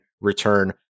return